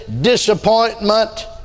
disappointment